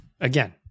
again